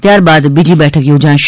ત્યાર બાદ બીજી બેઠક યોજાશે